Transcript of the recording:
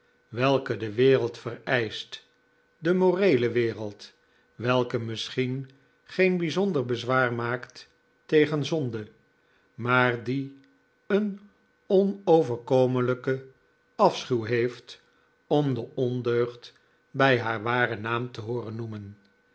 welke de wereld vereischt de moreele wereld f welke misschien geen bijzonder bezwaar maakt tegen zonde maar die een onoverp tm p komelijken afschuw heeft om de ondeugd bij haar waren naam te hooren noemen